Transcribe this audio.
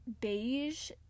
beige